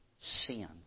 sin